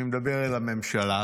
אני מדבר אל הממשלה,